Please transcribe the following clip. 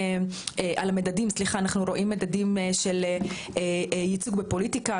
אנחנו רואים מדדים של ייצוג בפוליטיקה,